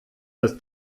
das